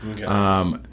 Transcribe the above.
Okay